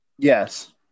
Yes